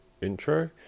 intro